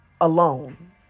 alone